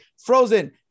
frozen